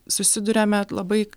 susiduriame labai